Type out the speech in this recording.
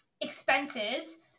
expenses